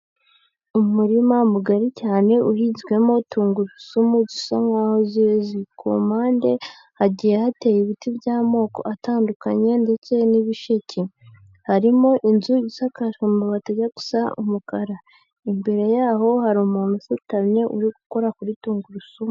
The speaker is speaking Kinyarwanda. Umurima mugari cyane uhinzwemo tungurusumu zisa nkaho zeze. Ku mpande hagiye hateye ibiti by'amoko atandukanye ndetse n'ibisheke. Harimo inzu isakaje amabati ajya gusa umukara. Imbere yaho hari umuntu usutamye uri gukora kuri tungurusumu.